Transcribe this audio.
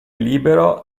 libero